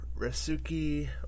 Rasuki